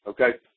Okay